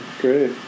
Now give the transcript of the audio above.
Great